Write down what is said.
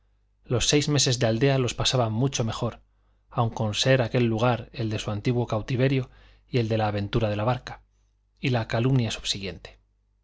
los seis meses de aldea los pasaba mucho mejor aun con ser aquel lugar el de su antiguo cautiverio y el de la aventura de la barca y la calumnia subsiguiente